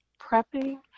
prepping